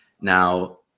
Now